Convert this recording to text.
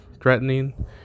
threatening